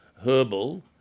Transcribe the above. herbal